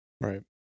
Right